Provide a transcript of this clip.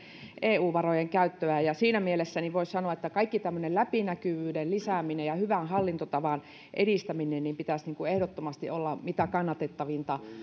eu varojen käyttöä siinä mielessä voisi sanoa että kaiken tämmöisen läpinäkyvyyden lisäämisen ja hyvän hallintotavan edistämisen pitäisi ehdottomasti olla mitä kannatettavinta